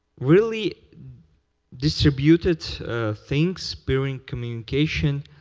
really distributed things, peering communication,